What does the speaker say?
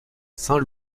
saint